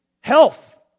health